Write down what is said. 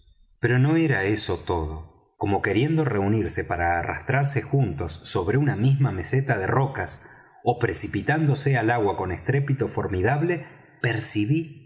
pero no era eso todo como queriendo reunirse para arrastrarse juntos sobre una misma meseta de rocas ó precipitándose al agua con estrépito formidable percibí